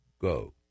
go